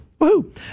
Woohoo